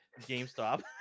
GameStop